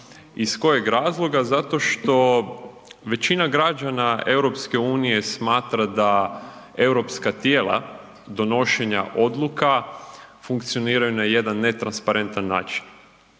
Iz kojeg razloga? Zato što većina građana EU smatra da europska tijela donošenja odluka funkcioniraju na jedan netransparentan način.